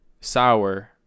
Sour